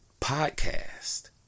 Podcast